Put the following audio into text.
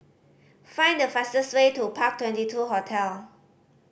find the fastest way to Park Twenty two Hotel